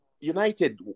United